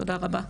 תודה רבה.